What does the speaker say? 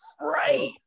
Right